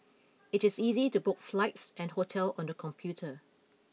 it is easy to book flights and hotel on the computer